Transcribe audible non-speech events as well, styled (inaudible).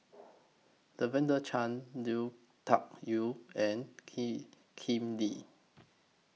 Lavender Chang Lui Tuck Yew and (unintelligible) Kip Lee